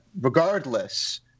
regardless